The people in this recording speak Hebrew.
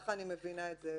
ככה אני מבינה את זה.